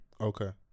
Okay